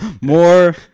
More